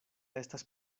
estas